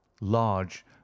large